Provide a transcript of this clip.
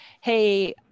hey